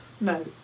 No